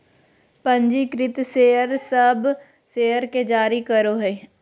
पंजीकृत शेयर सब शेयर के जारी करो हइ